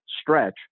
stretch